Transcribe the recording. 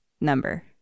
number